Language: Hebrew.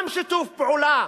גם שיתוף פעולה